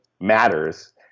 matters